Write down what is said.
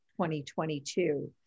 2022